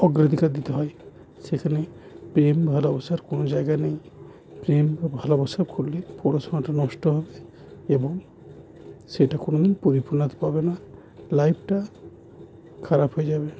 অগ্রধিকার দিতে হয় সেখানে প্রেম ভালোবসার কোনো জায়গা নেই প্রেম বা ভালোবসা করলে পড়াশোনাটা নষ্ট হবে এবং সেটা কোনো দিন পরিপূর্ণতা পাবে না লাইফটা খারাপ হয়ে যাবে